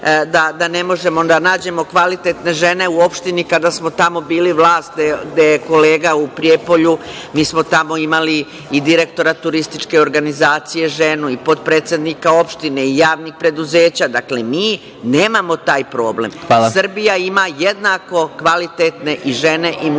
da ne možemo da nađemo kvalitetne žene u opštini kada smo tamo bili vlast, gde je kolega u Prijepolju. Mi smo tamo imali i direktora turističke organizacije ženu i potpredsednika opštine i javnih preduzeća, mi nemamo taj problem. Srbija ima jednako kvalitetne i žene i muškarce.